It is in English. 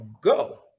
go